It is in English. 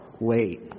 wait